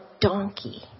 donkey